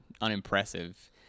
unimpressive